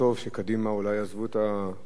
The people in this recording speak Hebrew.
שקדימה אולי יעזבו את הקואליציה,